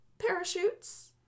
parachutes